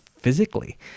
physically